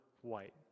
white